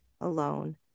alone